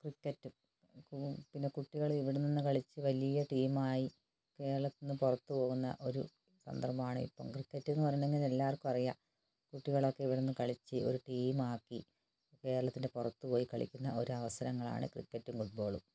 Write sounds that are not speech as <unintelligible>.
ക്രിക്കറ്റും <unintelligible> പിന്നെ കുട്ടികൾ ഇവിടെ നിന്ന് കളിച്ച് വലിയ ടീമായി കേരത്തിൽനിന്ന് പുറത്തുപോകുന്ന ഒരു സന്ദർഭമാണിപ്പം ക്രിക്കറ്റ് എന്നു പറയുന്നെങ്കിൽ എല്ലാവർക്കും അറിയാം കുട്ടികളൊക്കെ ഇവിടെനിന്ന് കളിച്ച് ഒരു ടീമാക്കി കേരളത്തിൻ്റെ പുറത്തുപോയി കളിക്കുന്ന ഒരവസരങ്ങളാണ് ക്രിക്കറ്റും ഫുട്ബോളും